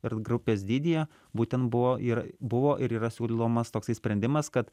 ir grupės dydyje būtent buvo ir buvo ir yra siūlomas toks sprendimas kad